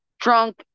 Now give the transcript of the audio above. drunk